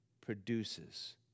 produces